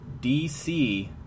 DC